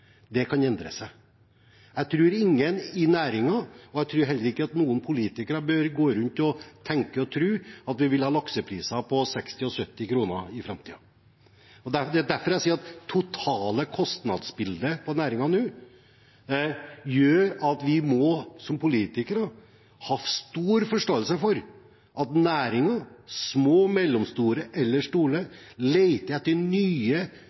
Det kan endre seg. Jeg tror ingen i næringen tror – og heller ingen politiker bør gå rundt og tenke og tro – at vi vil ha laksepriser på 60 kr og 70 kr i framtiden. Det er derfor jeg sier at det totale kostnadsbildet for næringen nå gjør at vi som politikere må ha stor forståelse for at næringen – små, mellomstore eller store – leter etter nye